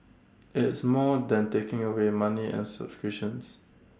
it's more than taking away money and subscriptions